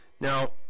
Now